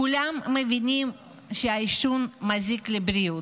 כולם מבינים שהעישון מזיק לבריאות,